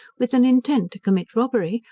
with an intent to commit robbery,